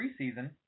preseason